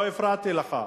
לא הפרעתי לך.